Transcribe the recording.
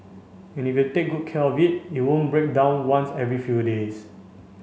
and if you take good care of it you won't break down once every few days